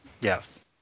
yes